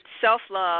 self-love